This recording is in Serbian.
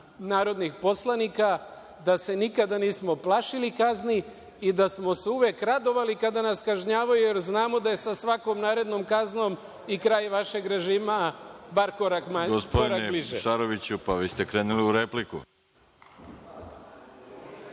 narodnih poslanika, da se nikada nismo plašili kazni i da smo se uvek radovali kada nas kažnjavaju, jer znamo da je sa svakom narednom kaznom i kraj vašeg režima, bar korak bliže.